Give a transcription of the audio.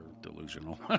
delusional